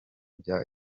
bya